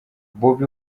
bob